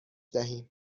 دهیم